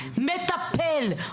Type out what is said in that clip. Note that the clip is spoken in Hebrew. מטפל,